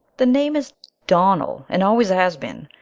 the name is donnell and always has been.